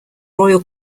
royal